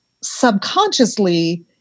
subconsciously